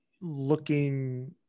looking